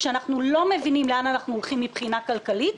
כשאנחנו לא מבינים לאן אנחנו הולכים מבחינה כלכלית,